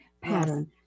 pattern